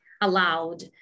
allowed